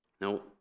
Now